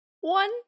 one